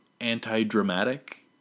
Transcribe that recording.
anti-dramatic